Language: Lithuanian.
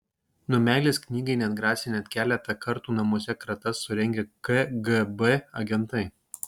nuo meilės knygai neatgrasė net keletą kartų namuose kratas surengę kgb agentai